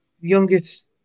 youngest